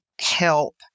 help